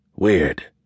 Weird